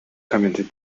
commented